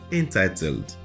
entitled